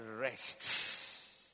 rests